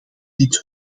dit